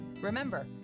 Remember